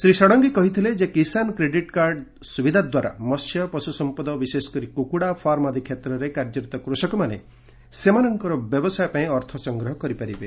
ଶ୍ରୀ ଷଡ଼ଙ୍ଗୀ କହିଥିଲେ ଯେ Kisan credit card ସୁବିଧା ଦ୍ୱାରା ମସ୍ୟ ପଶୁସମ୍ପଦ ବିଶେଷକରି କୁକୁଡ଼ା ଫାର୍ମ ଆଦି କ୍ଷେତ୍ରରେ କାର୍ଯ୍ୟରତ କୃଷକମାନେ ସେମାନଙ୍କର ବ୍ୟବସାୟ ପାଇଁ ଅର୍ଥ ସଂଗ୍ରହ କରିପାରିବେ